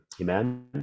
amen